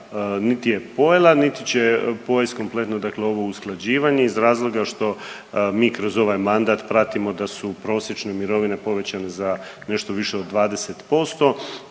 niti je pojela niti će pojest ovo kompletno usklađivanje iz razloga što mi kroz ovaj mandat pratimo da su prosječne mirovine povećane za nešto više od 20%,